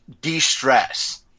de-stress